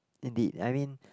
indeed I mean